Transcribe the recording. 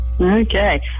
Okay